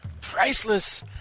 priceless